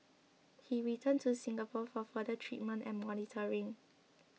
he returned to Singapore for further treatment and monitoring